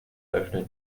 eröffnen